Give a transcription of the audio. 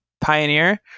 pioneer